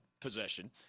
possession